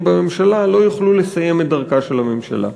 בממשלה לא יוכלו לסיים את דרכה של הממשלה.